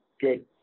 good